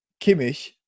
Kimmich